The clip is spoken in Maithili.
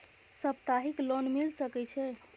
सप्ताहिक लोन मिल सके छै?